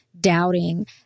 doubting